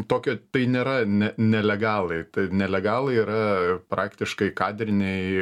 tokio tai nėra ne nelegalai tai nelegalai yra praktiškai kadriniai